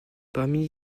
parmi